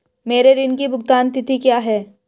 मेरे ऋण की भुगतान तिथि क्या है?